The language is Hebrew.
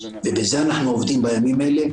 ובזה אנחנו עובדים בימים אלה,